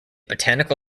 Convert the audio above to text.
botanical